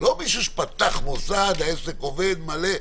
לא מישהו שפתח מוסד, העסק עובד מלא.